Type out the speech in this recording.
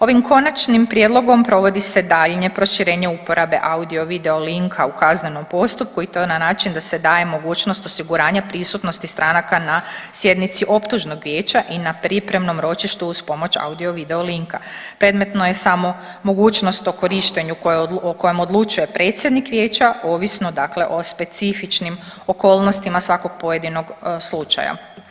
Ovim konačnim prijedlogom provodi se daljnje proširenje uporabe audio video linka u kaznenom postupku i to na način da se daje mogućnost osiguranja prisutnosti stranaka na sjednici optužnog vijeća i na pripremnom ročištu uz pomoć audio video linka, predmetno je samo mogućnost o korištenju o kojem odlučuje predsjednik vijeća ovisno dakle o specifičnim okolnostima svakog pojedinog slučaja.